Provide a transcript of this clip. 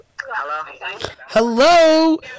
Hello